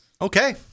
okay